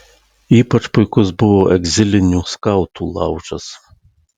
ypač puikus buvo egzilinių skautų laužas